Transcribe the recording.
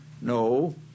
no